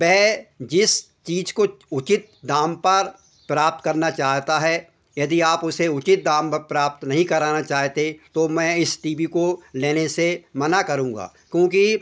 वह जिस चीज़ को उचित दाम पर प्राप्त करना चाहता है यदि आप उसे उचित दाम प्राप्त नहीं कराना चाहते तो मैं इस टी बी को लेने से मना करूँगा क्योंकि